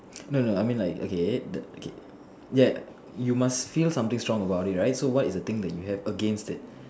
no no I mean like okay the okay ya you must feel something strong about it right so what is the thing you have against it